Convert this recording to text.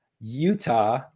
Utah